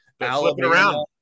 Alabama